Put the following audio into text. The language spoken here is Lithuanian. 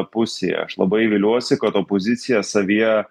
pusėje aš labai viliuosi kad opozicija savyje